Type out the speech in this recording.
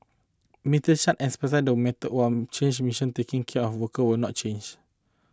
Mister Chan emphasised that methods one change mission taking care of workers will not change